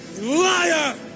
liar